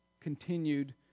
continued